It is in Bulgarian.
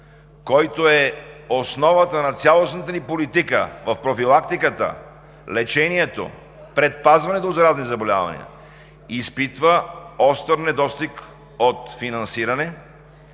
който е основата на цялостната ни политика в профилактиката, лечението, предпазването от заразни заболявания, изпитва остър недостиг от финансиране.